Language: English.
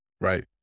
right